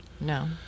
No